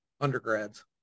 undergrads